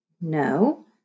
No